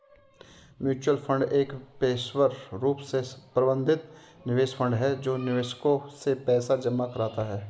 mutual fund एक पेशेवर रूप से प्रबंधित निवेश फंड है जो निवेशकों से पैसा जमा कराता है